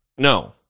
No